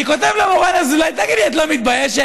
אני כותב למורן אזולאי: תגידי, את לא מתביישת?